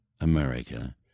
America